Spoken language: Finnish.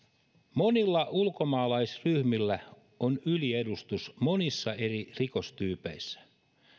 monilla ulkomaalaisryhmillä on yliedustus monissa eri rikostyypeissä